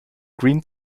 green